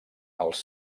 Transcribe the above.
els